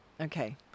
Okay